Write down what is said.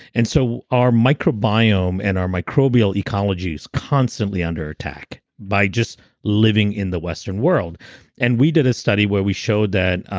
and so our microbiome and our microbial ecology is constantly under attack by just living in the western world and we we did a study where we showed that,